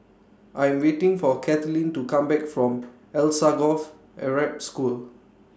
I'm waiting For Cathleen to Come Back from Alsagoff Arab School